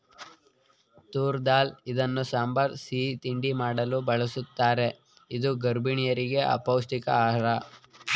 ತೂರ್ ದಾಲ್ ಇದನ್ನು ಸಾಂಬಾರ್, ಸಿಹಿ ತಿಂಡಿ ಮಾಡಲು ಬಳ್ಸತ್ತರೆ ಇದು ಗರ್ಭಿಣಿಯರಿಗೆ ಪೌಷ್ಟಿಕ ಆಹಾರ